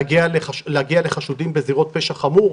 להגיע לחשודים בזירות פשע חמור?